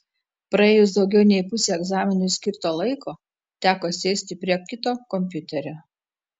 praėjus daugiau nei pusei egzaminui skirto laiko teko sėsti prie kito kompiuterio